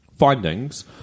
findings